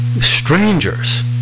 strangers